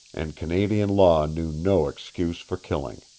and canadian law knew no excuse for killing.